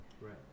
Right